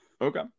okay